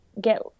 get